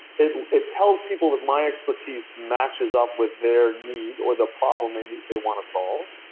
it it tells people that my expertise matches up with their need or the problem they and they want to solve.